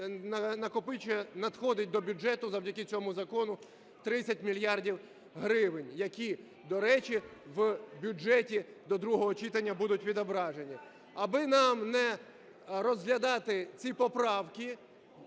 накопичує... надходить до бюджету завдяки цьому закону 30 мільярдів гривень, які, до речі, в бюджеті до другого читання будуть відображені. Аби нам не розглядати ці поправки...